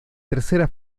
tercera